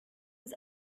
was